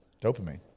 Dopamine